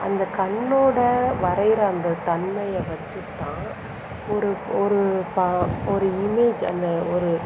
அந்த கண்ணோட வரைகிற அந்த தன்மையை வச்சு தான் ஒரு ஒரு ஒரு இமேஜ் அந்த ஒரு